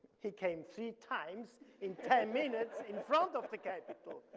he came three times in ten minutes in front of the capitol.